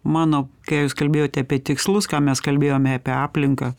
mano ką jūs kalbėjote apie tikslus ką mes kalbėjome apie aplinką